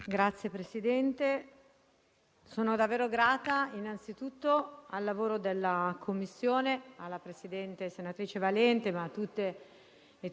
e tutti i suoi componenti. Sono grata per la discussione di quest'Assemblea, che è stata sinceramente ricca di intensità e di progettualità,